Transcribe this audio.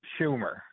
Schumer